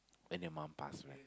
when your mum passed away